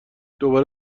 دوباره